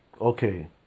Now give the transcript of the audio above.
Okay